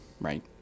right